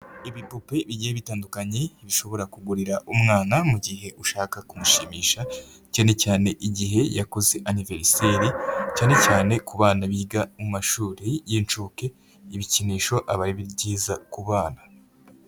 Ibipupe bigiye bitandukanye, ushobora kugurira umwana mu gihe ushaka kumushimisha, cyane cyane igihe yakoze aniveriseri, cyane cyane ku bana biga mu mashuri y'incuke, ibikinisho aba byiza ku bana.